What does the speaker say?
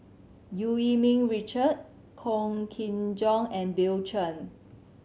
Eu Yee Ming Richard Wong Kin Jong and Bill Chen